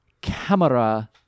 Camera